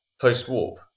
post-warp